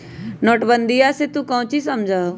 नोटबंदीया से तू काउची समझा हुँ?